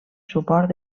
suport